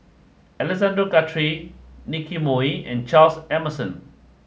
Alexander Guthrie Nicky Moey and Charles Emmerson